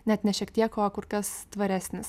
net ne šiek tiek o kur kas tvaresnis